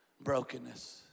Brokenness